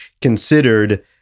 considered